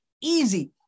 Easy